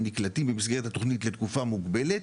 נקלטים במסגרת התוכנית לתקופה מוגבלת,